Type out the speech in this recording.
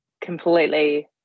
completely